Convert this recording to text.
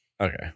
Okay